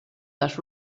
that